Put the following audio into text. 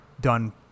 done